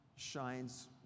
shines